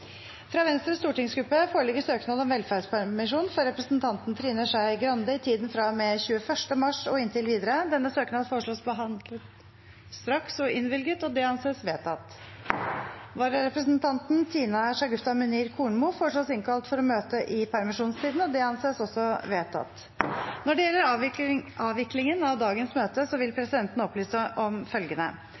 Fra Venstres stortingsgruppe foreligger søknad om velferdspermisjon for representanten Trine Skei Grande i tiden fra og med 21. mars og inntil videre. Denne søknaden foreslås behandlet straks og innvilget. – Det anses vedtatt. Vararepresentanten, Tina Shagufta Munir Kornmo , foreslås innkalt for å møte i permisjonstiden. – Det anses også vedtatt. Når det gjelder avviklingen av dagens møte, vil presidenten opplyse om følgende: